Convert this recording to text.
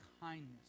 kindness